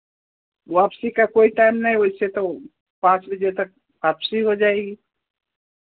वापसी का कोई टाइम नहीं वैसे तो पाँच बजे तक वापसी हो जाएगी